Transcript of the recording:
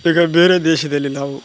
ಈಗ ಬೇರೆ ದೇಶದಲ್ಲಿ ನಾವು